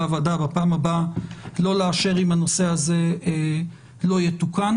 הוועדה בפעם הבאה לא לאשר אם הנושא הזה לא יתוקן.